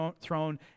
throne